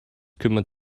kümmert